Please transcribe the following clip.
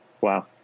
Wow